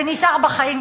ונשאר בחיים,